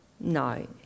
No